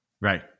Right